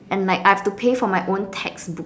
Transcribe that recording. and like I have to pay for my own textbook